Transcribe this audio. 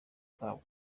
kabwo